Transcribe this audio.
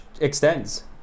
extends